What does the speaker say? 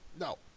No